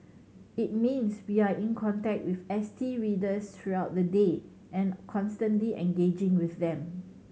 it means we are in contact with S T readers throughout the day and constantly engaging with them